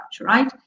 right